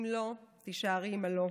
אם לא, תישארי עם ה"לא".